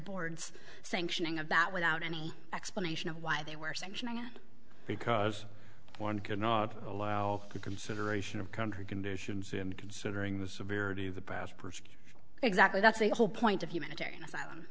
board's sanctioning of that without any explanation of why they were sanctioning it because one could not allow the consideration of country conditions considering the severity of the person exactly that's the whole point of humanitarian asylum